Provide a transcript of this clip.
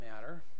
matter